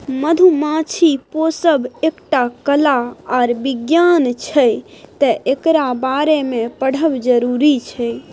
मधुमाछी पोसब एकटा कला आर बिज्ञान छै तैं एकरा बारे मे पढ़ब जरुरी छै